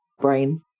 brain